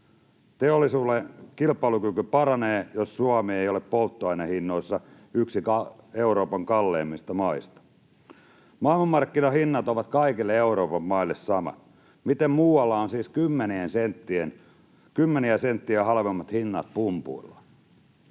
Teollisuuden kilpailukyky paranee, jos Suomi ei ole polttoainehinnoissa yksi Euroopan kalleimmista maista. Maailmanmarkkinahinnat ovat kaikille Euroopan maille samat. Miten muualla on siis kymmeniä senttejä halvemmat hinnat pumpuilla?